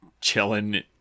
chilling